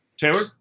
Taylor